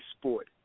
sport